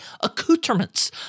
accoutrements